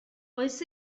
oes